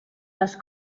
les